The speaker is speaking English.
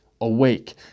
awake